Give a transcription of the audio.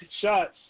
shots